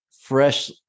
fresh